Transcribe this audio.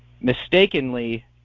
Mistakenly